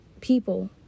people